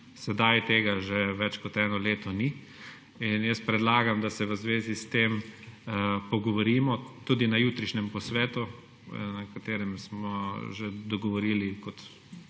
Sedaj tega že več kot eno leto ni in jaz predlagam, da se v zvezi s tem pogovorimo tudi na jutrišnjem posvetu, na katerem smo se že dogovorili za